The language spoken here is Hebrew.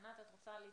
ענת, את רוצה להתייחס?